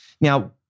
Now